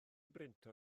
brintio